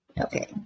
Okay